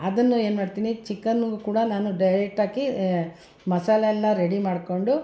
ಅದನ್ನು ಏನ್ಮಾಡ್ತೀನಿ ಚಿಕನ್ನು ಕೂಡ ನಾನು ಡೈರೆಕ್ಟಾಗಿ ಮಸಾಲಾನ ರೆಡಿ ಮಾಡಿಕೊಂಡು